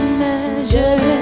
measure